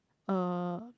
uh